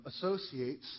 associates